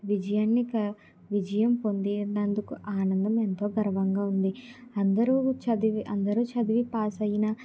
విజయాన్ని క విజయం పొందినందుకు ఆనందం ఎంతో గర్వంగా వుంది అందరు చదివి అందరు చదివి పాస్ అయినా